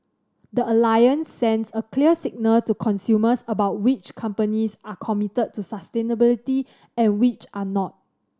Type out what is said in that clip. the Alliance sends a clear signal to consumers about which companies are committed to sustainability and which are not